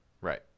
Right